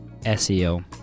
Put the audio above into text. SEO